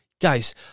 Guys